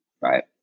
right